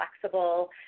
flexible